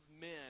men